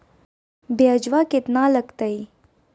ब्यजवा केतना लगते?